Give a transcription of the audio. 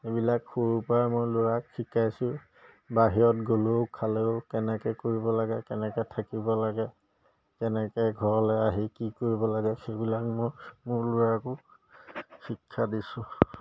এইবিলাক সৰুৰপৰাই মই ল'ৰাক শিকাইছোঁ বাহিৰত গ'লেও খালেও কেনেকৈ কৰিব লাগে কেনেকৈ থাকিব লাগে কেনেকৈ ঘৰলৈ আহি কি কৰিব লাগে সেইবিলাক মই মোৰ ল'ৰাকো শিক্ষা দিছোঁ